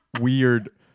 weird